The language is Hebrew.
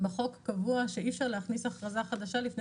בחוק קבוע שאי אפשר להכניס אכרזה חדשה לפני